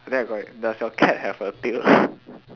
then I correct does your cat have a tail